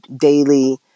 daily